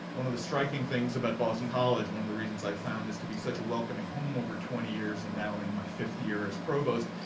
one of the striking things about boston college, one of the reasons i found this to be such a welcoming home over twenty years, and now in my fifth year as provost,